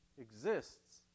exists